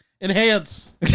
Enhance